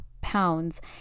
pounds